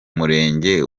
murenge